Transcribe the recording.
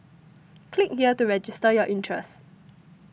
click here to register your interest